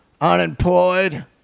Unemployed